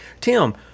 Tim